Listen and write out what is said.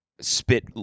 spit